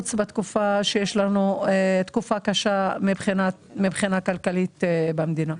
נחוץ בתקופה הקשה שיש לנו מבחינה כלכלית במדינה.